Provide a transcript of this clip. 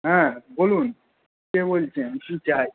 হ্যাঁ বলুন কে বলছেন কী চাই